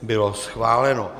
Bylo schváleno.